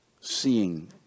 seeing